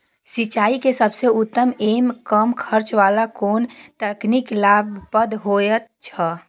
सिंचाई के सबसे उत्तम एवं कम खर्च वाला कोन तकनीक लाभप्रद होयत छै?